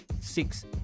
six